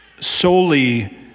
solely